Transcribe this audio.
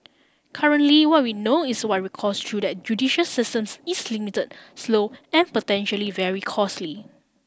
currently what we know is that recourse through that judicial system is limited slow and potentially very costly